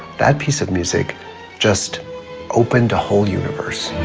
that piece of music just opened a whole universe.